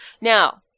Now